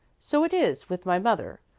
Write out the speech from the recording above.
so it is with my mother.